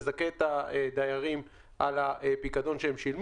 מזכה את הדיירים על הפיקדון שהם שילמו.